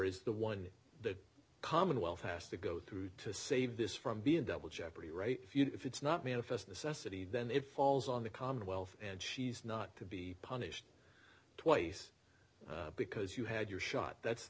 is the one the commonwealth has to go through to save this from being double jeopardy right if it's not manifest necessity then it falls on the commonwealth and she's not to be punished twice because you had your shot that's